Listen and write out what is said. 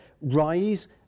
rise